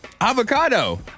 Avocado